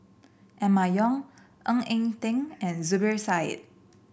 Emma Yong Ng Eng Teng and Zubir Said